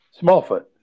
Smallfoot